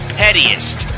pettiest